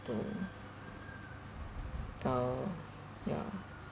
to uh ya